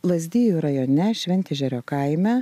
lazdijų rajone šventežerio kaime